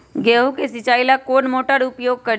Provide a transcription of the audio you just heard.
गेंहू के सिंचाई ला कौन मोटर उपयोग करी?